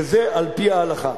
שזה על-פי ההלכה,